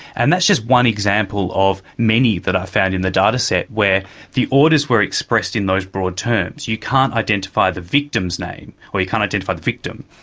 and that's just one example of many that i found in the dataset where the orders were expressed in those broad terms. you can't identify the victim's name or you can't identify the victim.